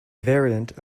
variant